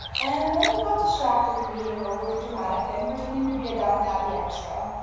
and then ah got distracted being overly dramatic and pretending to be a downton abbey extra,